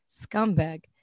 scumbag